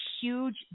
huge